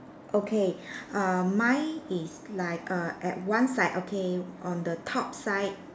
okay err mine is like err at one side okay on the top side